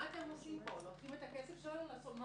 מה אתם עושים עם הכסף שלנו שאתם לוקחים?